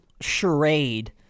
charade